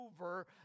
over